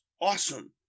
awesome